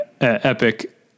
epic